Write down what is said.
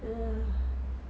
um